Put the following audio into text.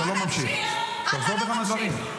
אתה לא ממשיך, תחזור בך מהדברים.